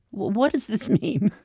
what does this mean?